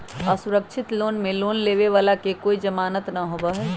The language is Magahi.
असुरक्षित लोन में लोन लेवे वाला के कोई जमानत न होबा हई